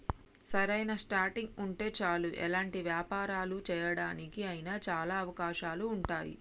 సరైన స్టార్టింగ్ ఉంటే చాలు ఎలాంటి వ్యాపారాలు చేయడానికి అయినా చాలా అవకాశాలు ఉంటాయి